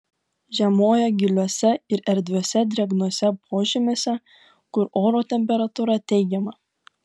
žiemoja giliuose ir erdviuose drėgnuose požymiuose kur oro temperatūra teigiama